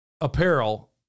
apparel